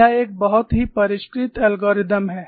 यह एक बहुत ही परिष्कृत एल्गोरिदम है